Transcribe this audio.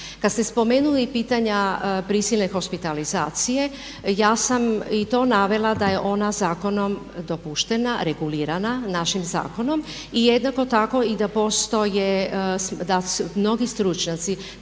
Kada ste spomenuli i pitanja prisilne hospitalizacije ja sam i to navela da je ona zakonom dopuštena, regulirana našim zakonom i jednako tako i da postoje, da mnogi stručnjaci